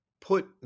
put